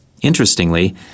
Interestingly